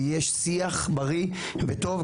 ויש שיח בריא וטוב,